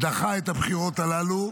דחה את הבחירות הללו,